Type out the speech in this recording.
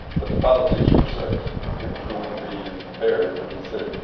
but the politics were such it was going to be in perry. but he said,